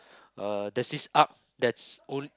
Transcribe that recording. uh there's this arch that's old